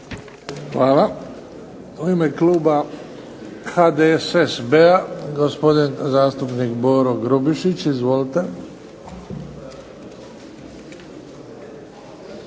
Hvala. U ime kluba HDSSB-a gospodin zastupnik Boro Grubišić. Izvolite.